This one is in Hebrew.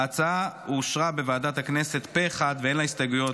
ההצעה אושרה בוועדת הכנסת פה אחד ואין לה הסתייגויות.